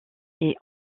est